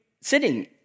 sitting